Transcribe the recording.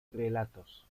relatos